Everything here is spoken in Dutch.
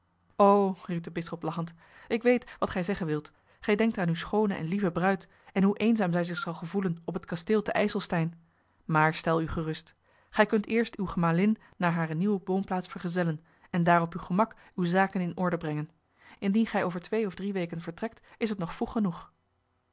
o riep de bisschop lachend ik weet wat gij zeggen wilt gij denkt aan uwe schoone en lieve bruid en hoe eenzaam zij zich zal gevoelen op het kasteel te ijselstein maar stel u gerust gij kunt eerst uwe gemalin naar hare nieuwe woonplaats vergezellen en daar op uw gemak uwe zaken in orde brengen indien gij over twee of drie weken vertrekt is het nog vroeg genoeg